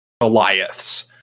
Goliaths